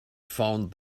found